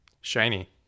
Shiny